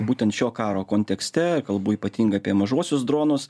būtent šio karo kontekste kalbu ypatingai apie mažuosius dronus